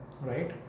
Right